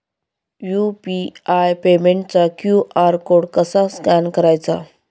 UPI पेमेंटचा QR code कसा scan करायचा?